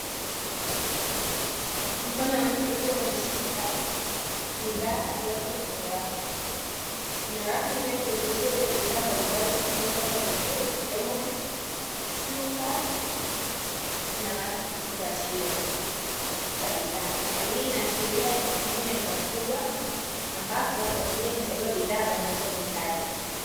Mkono wa mtu ukiwa unashika bidhaa iliyotoka kwenye rafu. Kuna rafu ndefu zilizojaa bidhaa mbalimbali zilizopangwa vizuri, zikiwemo chupa, na vifungashio za bidhaa. Hali hii inaashiria sehemu ya duka kubwa, ambapo wateja huchagua bidhaa wanazohitaji.